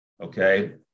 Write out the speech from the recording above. okay